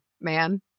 man